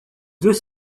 deux